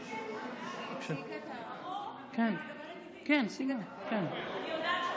אדוני היושב-ראש, גברתי השרה, היא איננה?